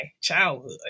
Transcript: childhood